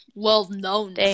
well-known